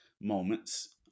moments